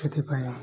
ସେଥିପାଇଁ